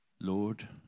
Lord